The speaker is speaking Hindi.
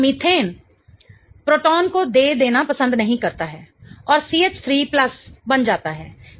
तो मीथेन प्रोटॉन को दे देना पसंद नहीं करता है और CH3 बन जाता है